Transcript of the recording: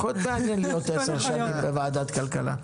יכול להיות מעניין להיות עשר שנים בוועדת כלכלה.